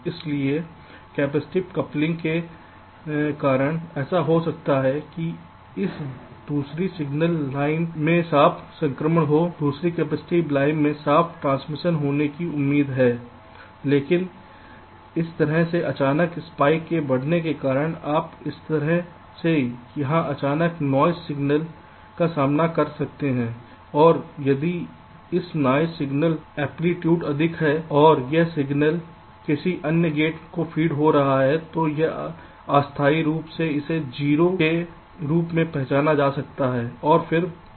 इसलिए capacitive coupling के कारण ऐसा हो सकता है कि इस दूसरी सिग्नल लाइन में साफ संक्रमण होने की उम्मीद है लेकिन इस तरह से अचानक स्पाइक के बढ़ने के कारण आप इस तरह से यहां अचानक नॉइस सिग्नल का सामना कर सकते हैं और यदि यह नॉइस सिग्नल एंप्लीट्यूड अधिक है और यह सिग्नल किसी अन्य गेट को फीड हो रहा है तो यह अस्थायी रूप से इसे 0 के रूप में पहचान सकता है और फिर 1 फिर से